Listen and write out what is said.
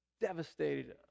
devastated